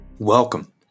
Welcome